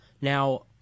now